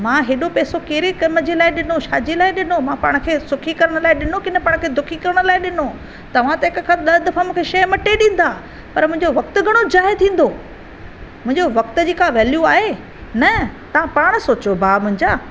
मां एॾो पेसो कहिड़े कमु जे लाइ ॾिनो छाजे लाइ ॾिनो मा पाण खे सुखी करण लाइ ॾिनो की न पाण खे दुखी करण लाइ ॾिनो तव्हां ते हिकु खत ॾह दफ़ा मूंखे शइ मटे ॾींदा पर मुंहिंजो वक़्तु घणो ज़ाएर थींदों मुंहिंजो वक़्तु जी का वैल्यू आहे न त पाण सोचो भाउ मुंहिंजा